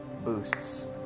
Boosts